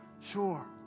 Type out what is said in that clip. sure